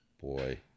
Boy